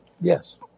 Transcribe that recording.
Yes